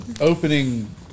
opening